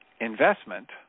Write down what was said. investment